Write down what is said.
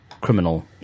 criminal